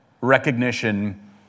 recognition